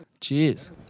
cheers